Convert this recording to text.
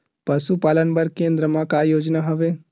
पशुपालन बर केन्द्र म का योजना हवे?